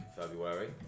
February